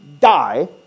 die